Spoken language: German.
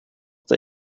der